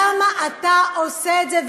למה אתה עושה את זה?